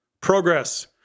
progress